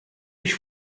ich